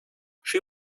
she